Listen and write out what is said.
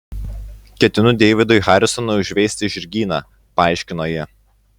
ketinu deividui harisonui užveisti žirgyną paaiškino ji